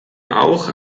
auch